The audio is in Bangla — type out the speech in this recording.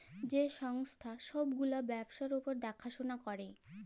যে সংস্থা ছব গুলা ব্যবসার উপর দ্যাখাশুলা ক্যরে